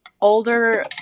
older